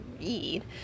read